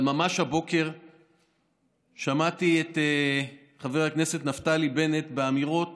אבל ממש הבוקר שמעתי את חבר הכנסת נפתלי בנט באמירות